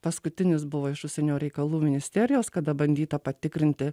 paskutinis buvo iš užsienio reikalų ministerijos kada bandyta patikrinti